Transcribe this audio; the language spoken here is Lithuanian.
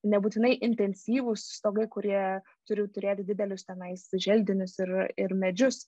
nebūtinai intensyvūs stogai kurie turi turėt didelius tenais želdinius ir ir medžius